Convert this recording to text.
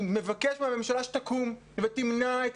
אני מבקש מן הממשלה שתקום ותמנע את